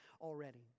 already